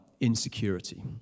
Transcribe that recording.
insecurity